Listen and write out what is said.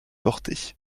portée